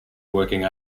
working